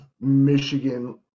michigan